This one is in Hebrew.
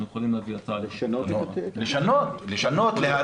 אנחנו יכולים להביא הצעה ל --- לשנות את התקן.